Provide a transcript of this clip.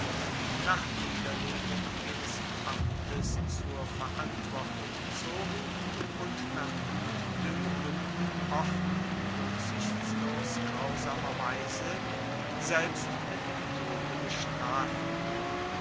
nach niederlegung ihres amtes zur verantwortung zogen und nach gutduenken oft in ruecksichtslos grausamer weise selbst mit dem tode bestraften